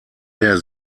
der